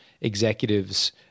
executives